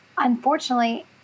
Unfortunately